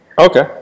okay